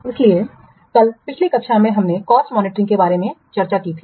इसलिए कल पिछली कक्षा में हमने कॉस्ट मॉनिटरिंग के बारे में चर्चा की थी